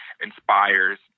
inspires